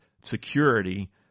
security